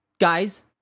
guys